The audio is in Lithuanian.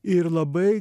ir labai